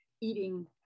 eating